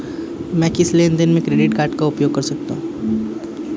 मैं किस लेनदेन में क्रेडिट कार्ड का उपयोग कर सकता हूं?